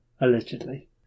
allegedly